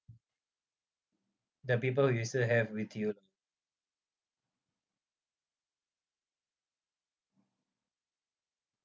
the people you should have with you